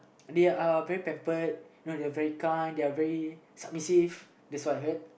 they are very pampered you know they are very kind they are very submissive that's why